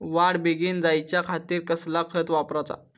वाढ बेगीन जायच्या खातीर कसला खत वापराचा?